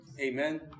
Amen